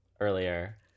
earlier